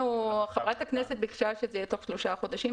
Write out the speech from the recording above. חברת הכנסת ביקשה שזה יהיה תוך שלושה חודשים.